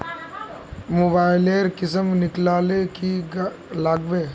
Mobile लेर किसम निकलाले की लागबे?